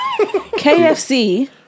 KFC